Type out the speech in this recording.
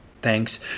Thanks